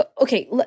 Okay